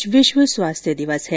आज विश्व स्वास्थ्य दिवस है